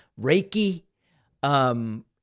Reiki